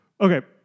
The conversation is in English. Okay